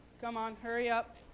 come on, hurry up.